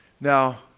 Now